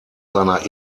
seiner